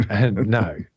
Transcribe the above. No